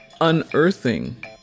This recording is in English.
unearthing